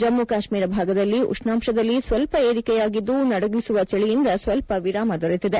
ಜಮ್ಮು ಕಾಶ್ಟೀರ ಭಾಗಗದಲ್ಲಿ ಉಷ್ಣಾಂಶದಲ್ಲಿ ಸ್ವಲ್ಪ ಏರಿಕೆಯಾಗಿದ್ದು ನಡಗಿಸುವ ಚಳಿಯಿಂದ ಸ್ವಲ್ಪ ವಿರಾಮ ದೊರಕಿದೆ